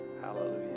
Hallelujah